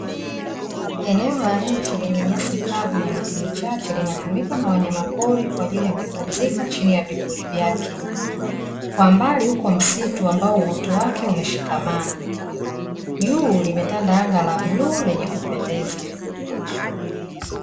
Eneo la nchi lenye nyasi kavu na miti michache, linatumika na wanyamapori kwa ajili ya kupumzika chini ya vimvuli vyake, kwa mbali upo msitu ambao uoto wake umeshikamana, juu limetanda anga la bluu lenye kupendeza.